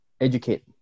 educate